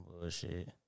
bullshit